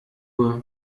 uhr